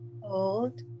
hold